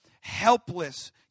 helpless